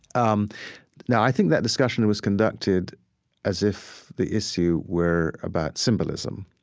um now i think that discussion was conducted as if the issue were about symbolism